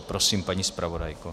Prosím, paní zpravodajko.